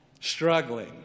struggling